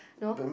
no